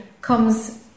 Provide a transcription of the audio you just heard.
comes